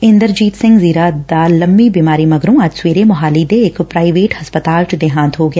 ਇੰਦਰਜੀਤ ਸਿੰਘ ਜ਼ੀਰਾ ਦਾ ਲੰਬੀ ਬੀਮਾਰੀ ਮਗਰੋ ਅੱਜ ਸਵੇਰੇ ਮੋਹਾਲੀ ਦੇ ਇਕ ਪ੍ਰਾਈਵੇਟ ਹਸਪਤਾਲ ਚ ਦੇਹਾਂਤ ਹੋ ਗਿਆ